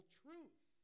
truth